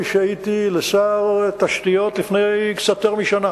משהייתי לשר התשתיות לפני קצת יותר משנה,